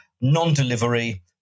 non-delivery